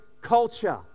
culture